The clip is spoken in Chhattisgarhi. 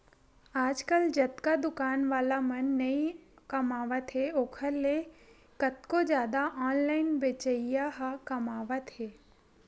आजकल जतका दुकान वाला मन नइ कमावत हे ओखर ले कतको जादा ऑनलाइन बेचइया ह कमावत हें